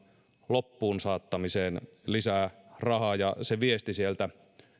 loppuun saattamiseen lisää rahaa ja se viesti sieltä